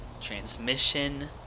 Transmission